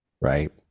right